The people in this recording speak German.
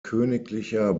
königlicher